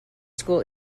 school